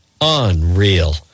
unreal